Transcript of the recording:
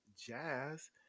jazz